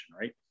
right